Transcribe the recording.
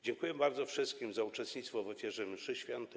Dziękuję bardzo wszystkim za uczestnictwo w ofierze mszy świętej.